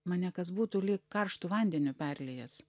mane kas būtų lyg karštu vandeniu perliejęs